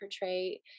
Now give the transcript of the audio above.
portray